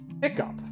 pickup